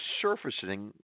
surfacing